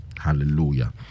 hallelujah